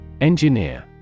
Engineer